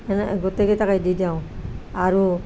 গোটেই কেইটাকে দি দিওঁ আৰু